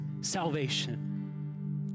salvation